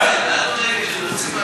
מישהו מציע הצעה